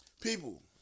people